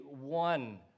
one